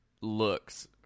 looks